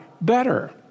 better